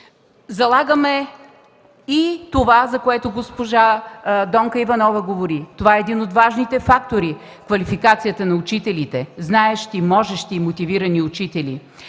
Залагаме и това, за което говори госпожа Донка Иванова. Това е един от важните фактори – квалификацията на учителите, знаещи, можещи и мотивирани учители.